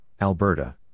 Alberta